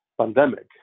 pandemic